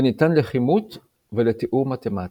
וניתן לכימות ולתיאור מתמטי.